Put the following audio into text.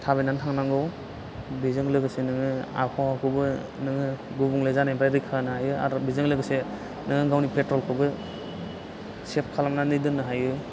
थाबायनानै थानांगौ बेजों लोगोसे नोङो आबाहाखौबो नोङो गुबुंले जानायनिफ्रय रैखा होनो हायो आरो बेजों लोगोसे नोङो गावनि पेट्रलखौबो सेभ खालामनानै दोननो हायो